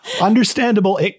Understandable